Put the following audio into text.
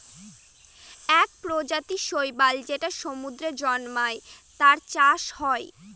এক প্রজাতির শৈবাল যেটা সমুদ্রে জন্মায়, তার চাষ হয়